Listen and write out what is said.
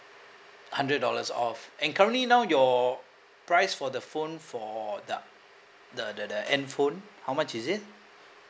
hundred dollars off and currently now your price for the phone for the the the the N phone how much is it